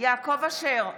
יעקב אשר,